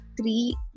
three